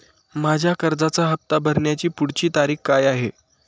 माझ्या कर्जाचा हफ्ता भरण्याची पुढची तारीख काय आहे?